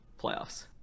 playoffs